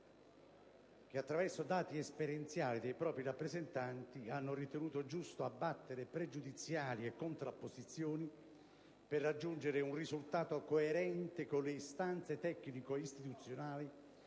che, attraverso dati esperienziali dei propri rappresentanti, hanno ritenuto giusto abbattere pregiudiziali e contrapposizioni per raggiungere un risultato coerente con le istanze tecnico-istituzionali